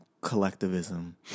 collectivism